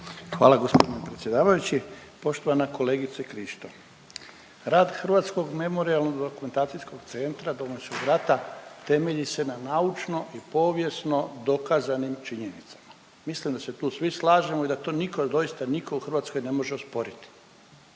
Hvala g. predsjedavajući. Poštovana kolegice Krišto, rad Hrvatskog memorijalno-dokumentacijskog centra Domovinskog rata temelji se na naučno i povijesno dokazanim činjenicama. Mislim da se tu svi slažemo i da to niko, doista niko u Hrvatskoj ne može osporiti.